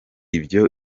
ibyo